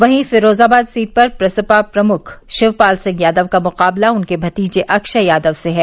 वहीं फिरोजाबाद सीट पर प्रसपा प्रमुख शिवपाल सिंह यादव का मुकाबला उनके भतीजे अक्षय यादव से हैं